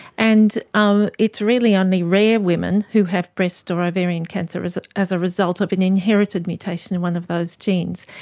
and um it's really only rare women who have breast or ovarian cancer as as a result of an inherited mutation in one of those genes.